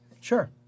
sure